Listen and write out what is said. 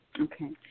Okay